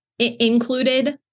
included